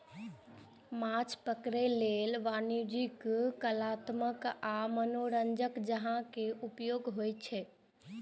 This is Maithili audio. माछ पकड़ै लेल वाणिज्यिक, कलात्मक आ मनोरंजक जहाज के उपयोग होइ छै